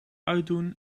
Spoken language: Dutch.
uitdoen